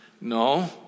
No